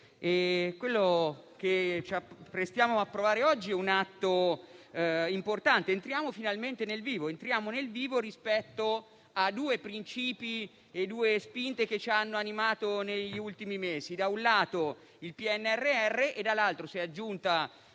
quello che ci apprestiamo ad approvare oggi è un atto importante, con cui entriamo finalmente nel vivo rispetto a due principi e due spinte che ci hanno animato negli ultimi mesi: da un lato, il PNRR e, dall'altro, si è aggiunto